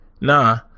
Nah